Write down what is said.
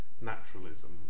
naturalism